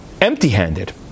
empty-handed